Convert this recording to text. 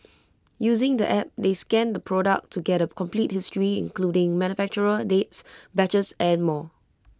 using the app they scan the product to get A complete history including manufacturer dates batches and more